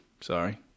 Sorry